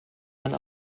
dann